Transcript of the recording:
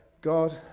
God